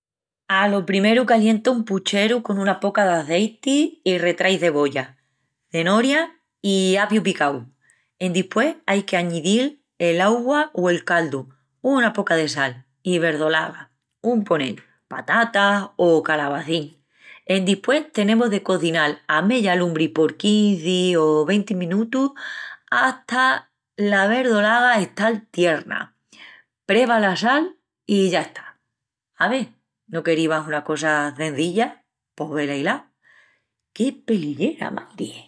Alo primeru calienta un pucheru con una poca d'azeiti i retrai cebolla, cenoria i apiu picaus. Endispués ai que añidil el augua o el caldu, una poca de sal, i verdolaga, un ponel, patatas o calabacín; endispués tenemus de cozinal a meya lumbri por quinzi o venti menutus, hata la verdolaga estal tierna, preva la sal y ya está. Ave, no querivas una cosa cenzilla, pos velaí-la! Qué pelillera, mairi!